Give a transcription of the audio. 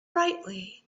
brightly